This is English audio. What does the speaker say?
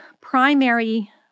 primary